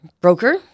broker